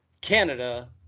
Canada